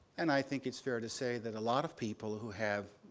and i think it's fair to say that a lot of people who have